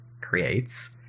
creates